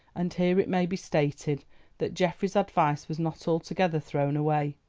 and here it may be stated that geoffrey's advice was not altogether thrown away.